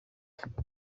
afite